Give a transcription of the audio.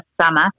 summer